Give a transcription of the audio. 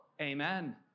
amen